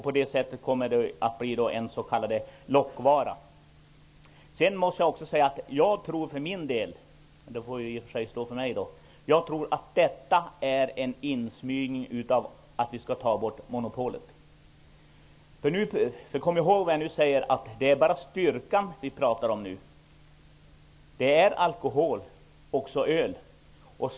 Starkölet kommer att bli en s.k. lockvara. Jag tror för min del att detta är ett sätt att börja smyga in ett borttagande av monopolet. Kom ihåg vad jag nu säger! Vi talar nu bara om styrkegrader, men det är fråga om alkohol.